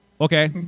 Okay